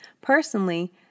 Personally